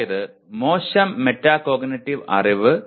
അതായത് മോശം മെറ്റാകോഗ്നിറ്റീവ് അറിവ്